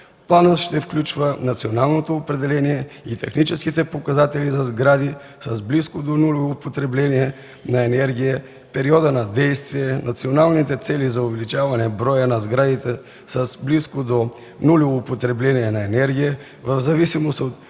Планът ще включва националното определение и техническите показатели за сгради с близко до нулево потребление на енергия, периода на действие, националните цели за увеличаване броя на сградите с близко до нулево потребление на енергия, в зависимост от